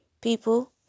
people